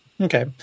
Okay